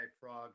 frog